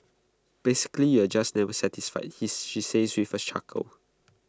basically you're just never satisfied he she says with A chuckle